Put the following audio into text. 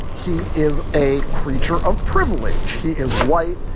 he is a creature of privilege. he is white.